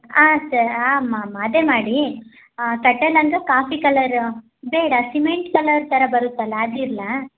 ಹಾಂ ಸ ಹಾಂ ಮ್ಯಾಮ್ ಅದೇ ಮಾಡಿ ಕಟ್ಟೋ ಲಂಗ ಕಾಫಿ ಕಲ್ಲರ ಬೇಡ ಸಿಮೆಂಟ್ ಕಲ್ಲರ್ ಥರ ಬರುತ್ತಲ್ಲ ಅದಿರಲಾ